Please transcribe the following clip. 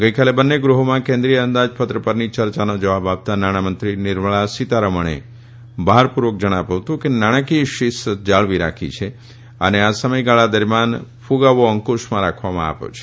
ગઇકાલે બંને ગૃહોમાં કેન્દ્રિય અંદાજ પત્ર પરની ચર્ચાનો જવાબ આપતાં નાણાં મંત્રી નિર્મલા સીતારમણે ભારપુર્વક જણાવ્યું હતું કે નાણાંકીય શિસ્ત જાળવી રાખી છે અને આ સમયગાળા દરમિયાન ક્ગાવો અંકુશમાં રાખવામાં આવ્યો છે